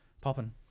popping